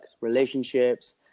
relationships